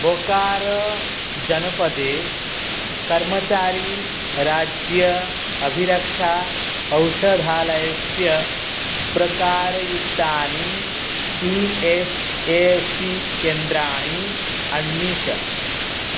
बोकारोजनपदे कर्मचारीराज्य अभिरक्षा औषधालयस्य प्रकारयुक्तानि ई एस् ए सी केन्द्राणि अन्विष